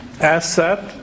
asset